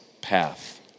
path